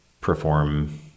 perform